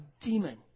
demon